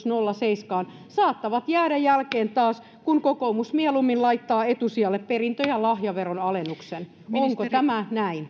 nolla pilkku seitsemän saattavat jäädä jälkeen taas kun kokoomus mieluummin laittaa etusijalle perintö ja lahjaveron alennuksen onko tämä näin